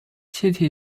气体